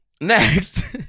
Next